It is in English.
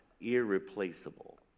irreplaceable